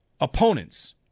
opponents